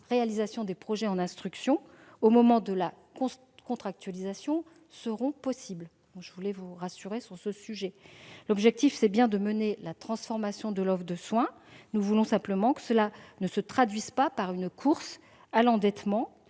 réalisation des projets en cours d'instruction au moment de la contractualisation seront possibles. Je tenais à vous rassurer sur ce point : l'objectif est bien de poursuivre la transformation de l'offre de soins. Nous voulons simplement que cela ne se traduise pas par une course à l'endettement,